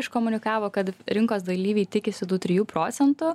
iškomunikavo kad rinkos dalyviai tikisi du trijų procentų